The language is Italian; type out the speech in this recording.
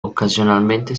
occasionalmente